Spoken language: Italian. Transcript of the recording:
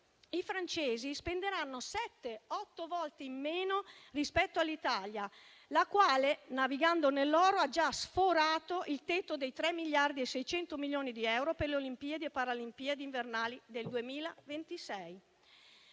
i francesi spenderanno sette o otto volte in meno rispetto all'Italia, la quale, navigando nell'oro, ha già sforato il tetto dei 3,6 miliardi per le Olimpiadi e Paralimpiadi invernali del 2026.